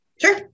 Sure